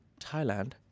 Thailand